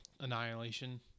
annihilation